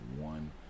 one